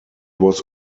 was